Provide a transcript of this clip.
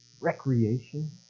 Recreation